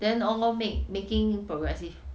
then all along make making progressive